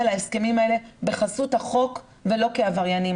להסכמים האלה בחסות החוק ולא כעבריינים.